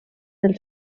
del